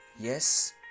Yes